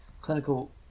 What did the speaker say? clinical